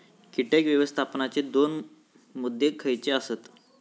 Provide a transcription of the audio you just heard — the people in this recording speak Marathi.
कीटक व्यवस्थापनाचे दोन मुद्दे खयचे आसत?